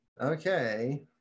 okay